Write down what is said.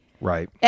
Right